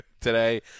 today